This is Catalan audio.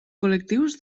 col·lectius